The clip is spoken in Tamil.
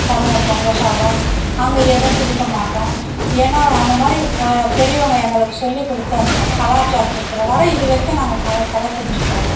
தருவோம் பொங்க சாதம் அங்கே எதுவும் கொடுக்க மாட்டோம் ஏன்னா அதை மாதிரி பெரியவங்க எங்களுக்கு சொல்லிக் கொடுத்த கலாச்சாரத்து பிரகாரம் இது வரைக்கும் நாங்கள் கட கடைப்புடிச்சிட்டு வரோம்